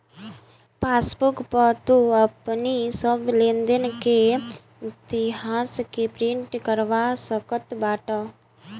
passbook पअ तू अपनी सब लेनदेन के इतिहास के प्रिंट करवा सकत बाटअ